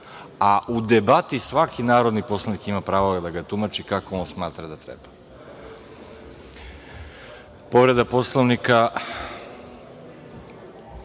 debati svaki narodni poslanik ima pravo da ga tumači kako on smatra da